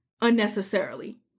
unnecessarily